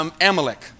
Amalek